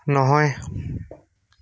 নহয়